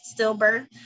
stillbirth